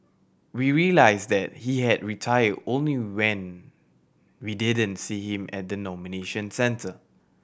we realised that he had retired only when we didn't see him at the nomination centre